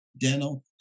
Dental